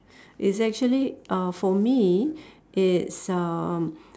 it's actually uh for me it's um